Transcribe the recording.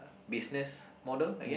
business model I guess